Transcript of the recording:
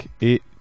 et